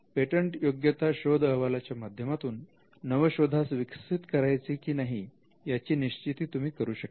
पेटंटयोग्यता शोध अहवालाच्या माध्यमातून नवशोधास विकसित करायचे की नाही याची निश्चिती तुम्ही करू शकता